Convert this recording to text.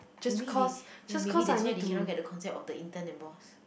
maybe they ya maybe that's why they cannot get the concept of the intern and boss